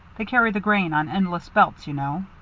they carry the grain on endless belts, you know.